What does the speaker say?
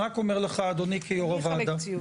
אני רק אומר לך כיו״ר הוועדה,